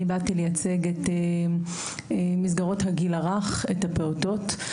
אני באתי לייצג את מסגרות הגיל הרך, את הפעוטות.